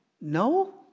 No